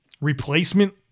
replacement